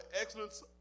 excellence